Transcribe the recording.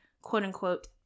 quote-unquote